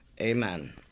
Amen